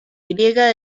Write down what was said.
griega